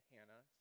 Hannah